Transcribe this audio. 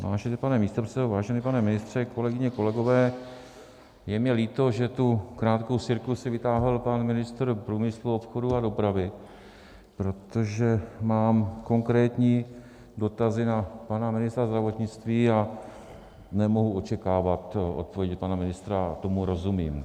Vážený pane místopředsedo, vážený pane ministře, kolegyně, kolegové, je mi líto, že tu krátkou sirku si vytáhl pan ministr průmyslu, obchodu a dopravy, protože mám konkrétní dotazy na pana ministra zdravotnictví a nemohu očekávat odpovědi pana ministra, tomu rozumím.